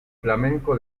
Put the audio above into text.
flamenco